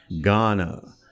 Ghana